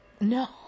No